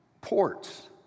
ports